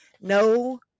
no